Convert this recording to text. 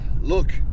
Look